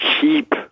keep